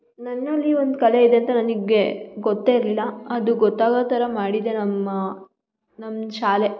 ನನ್ನಲ್ಲಿ ಒಂದು ಕಲೆ ಇದೆ ಅಂತ ನನಗೆ ಗೊತ್ತೇ ಇರಲಿಲ್ಲ ಅದು ಗೊತ್ತಾಗೊ ಥರ ಮಾಡಿದ್ದೇ ನಮ್ಮ ನಮ್ಮ ಶಾಲೆ